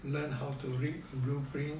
learn how to read blueprint